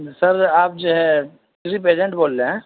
سر آپ جو ہے ٹرپ ایجنٹ بول رہے ہیں